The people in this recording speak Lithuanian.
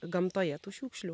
gamtoje tų šiukšlių